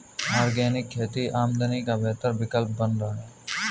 organic खेती आमदनी का बेहतर विकल्प बन रहा है